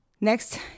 Next